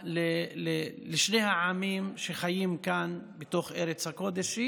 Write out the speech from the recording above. לשני העמים שחיים כאן בתוך ארץ הקודש,